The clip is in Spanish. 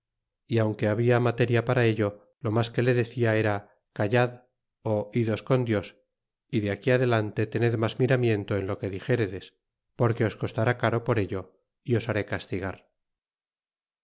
y aunque habia materia para ello lo mas que le decia era callad o idos con dios y de aquí adelante tened mas miramiento en lo que dixeredes porque os costará caro por ello y os haré castigar